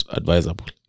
advisable